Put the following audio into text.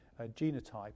genotype